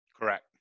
Correct